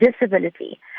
disability